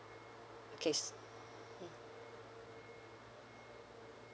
okay s~ mm